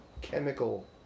chemical